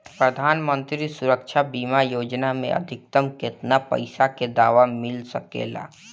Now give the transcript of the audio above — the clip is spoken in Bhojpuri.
प्रधानमंत्री सुरक्षा बीमा योजना मे अधिक्तम केतना पइसा के दवा मिल सके ला?